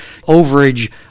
overage